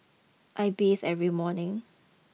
I bathe every morning